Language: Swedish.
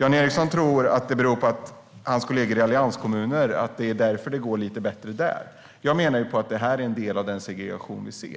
Jan Ericson tror att det beror på att hans kollegor i allianskommuner att det går lite bättre där. Jag menar att det här är en del av den segregation som vi